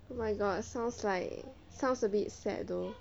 my god sounds like sounds a bit sad though